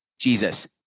Jesus